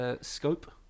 scope